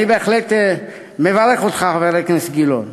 אני בהחלט מברך אותך, חבר הכנסת גילאון.